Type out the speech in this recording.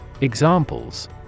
Examples